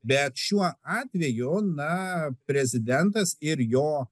bet šiuo atveju na prezidentas ir jo